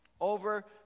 over